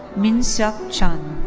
minsuk chun.